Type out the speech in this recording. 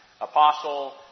Apostle